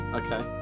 okay